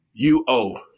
UO